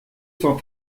cent